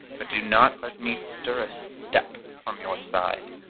but do not let me stir a step from your side.